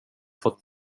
fått